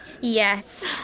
Yes